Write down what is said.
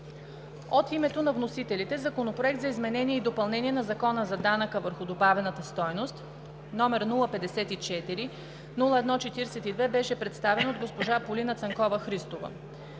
От името на вносителите Законопроект за изменение и допълнение на Закона за данък върху добавената стойност, № 054 01-42, беше представен от госпожа Полина Цанкова Христова.